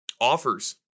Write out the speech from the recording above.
offers